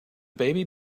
baby